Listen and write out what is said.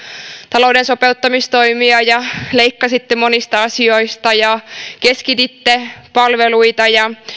talouden sopeuttamistoimia leikkasitte monista asioista ja keskititte palveluita ja